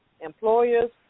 Employers